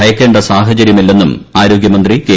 ഭയക്കേണ്ട സാഹചര്യമില്ലെന്നും ആരോഗൃമന്ത്രി കെ